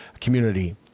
community